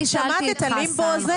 יושבת-ראש הוועדה, את שמעת את הלימבו הזה?